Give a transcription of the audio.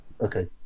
Okay